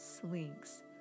slinks